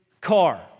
car